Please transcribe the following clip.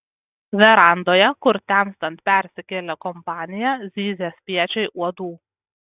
verandoje kur temstant persikėlė kompanija zyzė spiečiai uodų